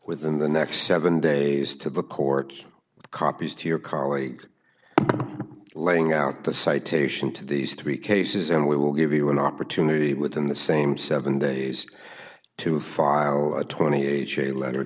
within the next seven days to the court copies to your colleague laying out the citation to these three cases and we will give you an opportunity within the same seven days to file a twenty ha let